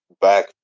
back